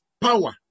power